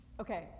Okay